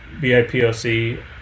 BIPOC